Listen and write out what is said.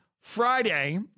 Friday